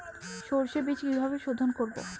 সর্ষে বিজ কিভাবে সোধোন করব?